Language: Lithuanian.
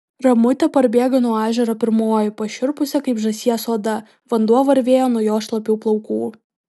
ramutė parbėgo nuo ežero pirmoji pašiurpusia kaip žąsies oda vanduo varvėjo nuo jos šlapių plaukų